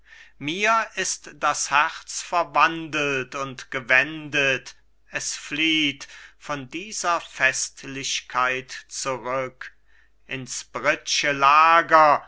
mir ist das herz verwandelt und gewendet es flieht von dieser festlichkeit zurück ins britsche lager